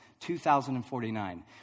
2049